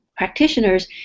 practitioners